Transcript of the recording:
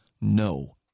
no